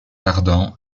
ardan